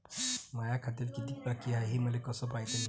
माया खात्यात कितीक बाकी हाय, हे मले कस पायता येईन?